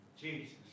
Jesus